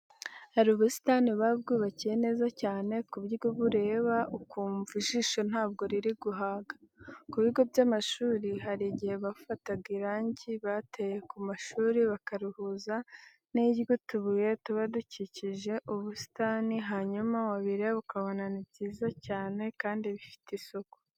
Hari ubusitani buba bwubakiye neza cyane ku buryo ubureba ukumva ijisho ntabwo riri guhaga. Ku bigo by'amashuri hari igihe bafata irangi bateye ku mashuri bakarihuza n'iry'utubuye tuba dukikije ubusitani hanyuma wabireba ukabona ni ibintu byiza cyane kandi bifite isuku.